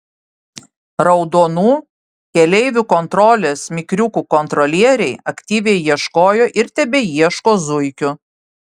raudonų keleivių kontrolės mikriukų kontrolieriai aktyviai ieškojo ir tebeieško zuikių